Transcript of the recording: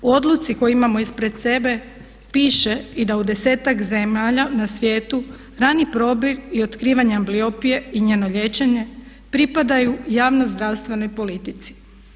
O odluci koju imamo ispred sebe piše da i u desetak zemalja na svijetu rani probir i otkrivanje ambliopije i njeno liječenje pripadaju javnoj zdravstvenoj politici.